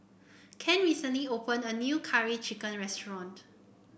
Ken recently opened a new Curry Chicken restaurant